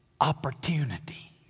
Opportunity